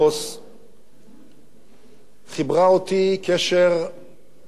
חיברה אותי בקשר הרבה יותר עמוק.